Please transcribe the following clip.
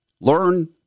Learn